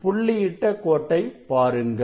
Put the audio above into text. புள்ளியிட்ட கோட்டை பாருங்கள்